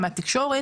מהתקשורת,